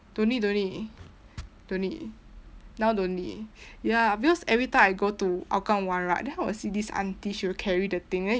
don't need don't need don't need now don't need ya because everytime I go to hougang one right then I will see this aunty she will carry the thing then